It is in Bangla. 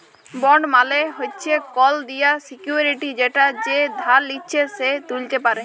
বন্ড মালে হচ্যে কল দেলার সিকুইরিটি যেটা যে ধার লিচ্ছে সে ত্যুলতে পারে